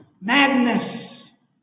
madness